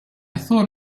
thought